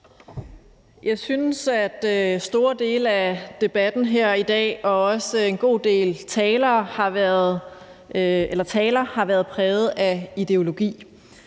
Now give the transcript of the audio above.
Jeg synes, at store dele af debatten her i dag og også en god del af talerne har været præget af ideologi.